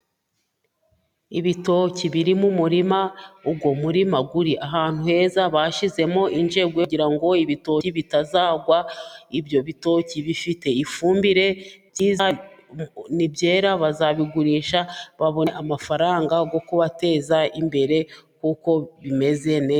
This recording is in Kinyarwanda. Ibitoki birimo umurima uwo murima uri ahantu heza. Bashyizemo injegwe kugira ngo ibitoki bitazagwa. Ibyo bitoki bifite ifumbire nibyera bazabigurisha babone amafaranga yo kubateza imbere kuko bimeze neza.